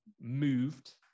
moved